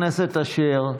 אשר,